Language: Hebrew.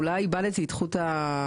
אולי איבדתי את חוט המחשבה,